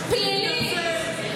פלילי.